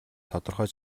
тодорхой